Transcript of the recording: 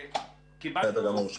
בסדר גמור.